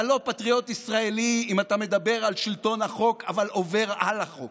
אתה לא פטריוט ישראלי אם אתה מדבר על שלטון החוק אבל עובר על החוק,